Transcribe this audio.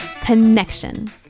connection